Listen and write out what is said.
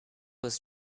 was